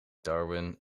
darwin